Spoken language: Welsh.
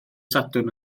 sadwrn